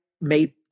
made